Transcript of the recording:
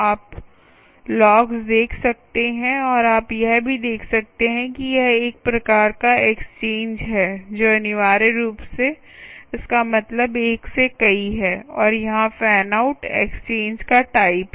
आप लॉगस देख सकते हैं और आप यह भी देख सकते हैं कि यह एक प्रकार का एक्सचेंज है जो अनिवार्य रूप से इसका मतलब एक से कई है और यहां फैन आउट एक्सचेंज का टाइप है